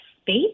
space